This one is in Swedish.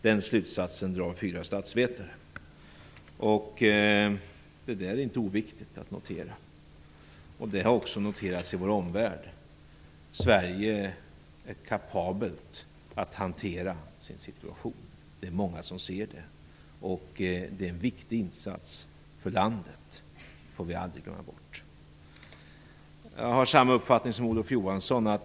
Den slutsatsen drar fyra statsvetare. Det är inte oviktigt att notera detta. Det har också noterats i vår omvärld att Sverige är kapabelt att hantera sin situation. Det är många som ser det. Detta är en viktig insats för landet - det får vi aldrig glömma bort. Jag har samma uppfattning som Olof Johansson.